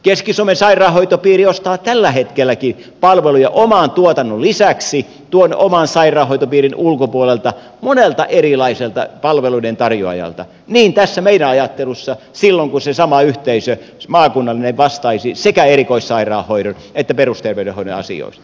keski suomen sairaanhoitopiiri ostaa tälläkin hetkellä palveluja oman tuotannon lisäksi oman sairaanhoitopiirin ulkopuolelta monelta erilaiselta palveluiden tarjoajalta niin tässä meidänkin ajattelussamme silloin kun se sama maakunnallinen yhteisö vastaisi sekä erikoissairaanhoidon että perusterveydenhoidon asioista